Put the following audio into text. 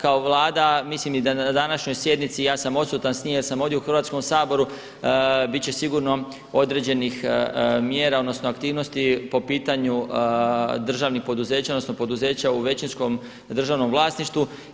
Kao Vlada mislim i da na današnjoj sjednici i ja sam odsutan s nje jer sam ovdje u Hrvatskom saboru, biti će sigurno određenih mjera odnosno aktivnosti po pitanju državnih poduzeća odnosno poduzeća u većinskom državnom vlasništvu.